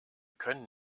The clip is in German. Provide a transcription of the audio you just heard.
können